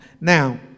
Now